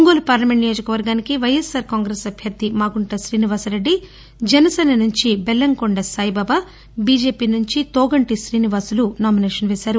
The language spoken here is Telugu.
ఒంగోలు పార్లమెంటు నియోజకవర్గానికి వైఎస్ఆర్ కాంగ్రెస్ అభ్యర్థి మాగుంట శ్రీనివాస్రెడ్డి జనసేన నుంచి బెల్లంకొండ సాయిబాబ బీజెపి నుంచి తోగంటి శ్రీనివాసులు నామినేషన్ వేసారు